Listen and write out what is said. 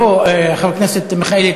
חבר הכנסת מיכאלי,